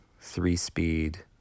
three-speed